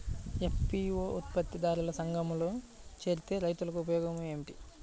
FPO ఉత్పత్తి దారుల సంఘములో చేరితే రైతులకు ఉపయోగము ఏమిటి?